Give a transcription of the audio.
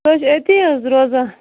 سۄ حظ چھِ أتے حظ روزان